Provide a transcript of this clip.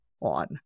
on